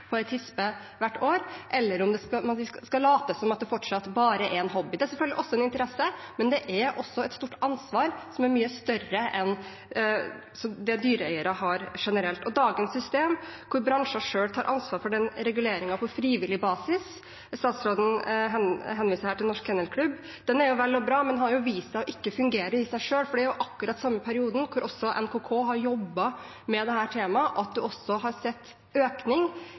på en tispe hvert år, eller om man skal late som om det fortsatt bare er en hobby. Det er selvfølgelig også en interesse, men det er også et stort ansvar – mye større enn det dyreeiere har generelt. Dagens system, hvor bransjen selv tar ansvar for reguleringen på frivillig basis – statsråden henviser her til Norsk Kennel Klub – er vel og bra, men har vist seg ikke å fungere i seg selv. I samme periode som NKK har jobbet med dette temaet, har man også sett en økning i det